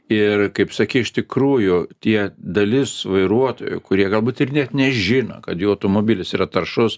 ir kaip sakei iš tikrųjų tie dalis vairuotojų kurie galbūt ir net nežino kad jo automobilis yra taršus